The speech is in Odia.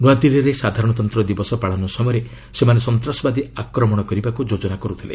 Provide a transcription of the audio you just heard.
ନୂଆଦିଲ୍ଲୀରେ ସାଧାରଣତନ୍ତ୍ର ଦିବସ ପାଳନ ସମୟରେ ସେମାନେ ସନ୍ତାସବାଦୀ ଆକ୍ରମଣ କରିବାକୁ ଯୋଜନା କରୁଥିଲେ